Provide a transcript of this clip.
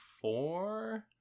four